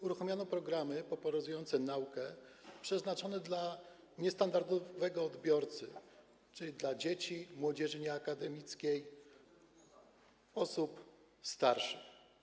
Uruchomiono programy popularyzujące naukę przeznaczone dla niestandardowego odbiorcy, czyli dla dzieci, młodzieży nieakademickiej, osób starszych.